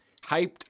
Hyped